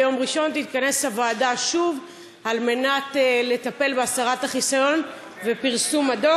ביום ראשון תתכנס הוועדה שוב לטפל בהסרת החיסיון ופרסום הדוח.